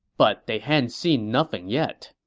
but they hadn't seen nothing yet.